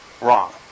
Wrong